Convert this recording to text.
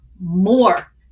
more